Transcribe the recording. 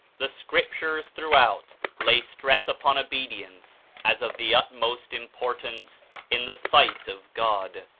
the scriptures throughout lay stress upon obedience as of the utmost importance in the sight of god,